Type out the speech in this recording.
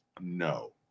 no